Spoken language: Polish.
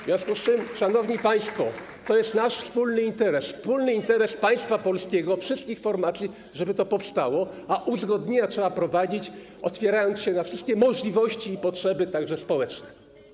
W związku z tym, szanowni państwo, to jest nasz wspólny interes, wspólny interes państwa polskiego, wszystkich formacji, żeby to powstało, a uzgodnienia trzeba prowadzić, otwierając się na wszystkie możliwości i potrzeby, także społeczne.